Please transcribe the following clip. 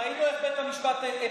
ראינו איך בית המשפט הפיל,